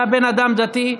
אתה בן אדם דתי.